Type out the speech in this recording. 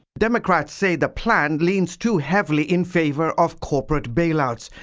democrats say the plan leans too heavily in favor of corporate bail-outs,